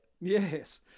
Yes